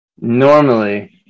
normally